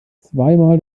zweimal